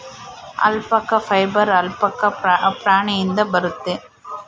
alpaca fibre alpaca ಪ್ರಾಣಿಯಿಂದ ಬರುತ್ತೆ